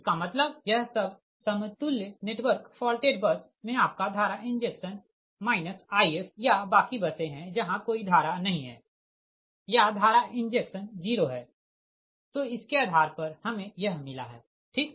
इसका मतलब यह सब समतुल्य नेटवर्क फाल्टेड बस में आपका धारा इंजेक्शन If या बाकी बसें है जहाँ कोई धारा नहीं है या धारा इंजेक्शन 0 है तो इसके आधार पर हमें यह मिला है ठीक